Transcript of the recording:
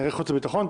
כנראה חוץ וביטחון,